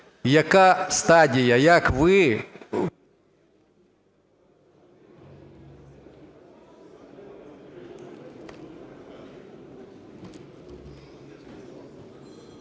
Яка стадія, як ви…